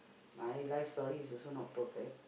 my life story is also not perfect